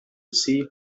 see